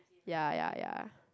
ya ya ya